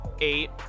eight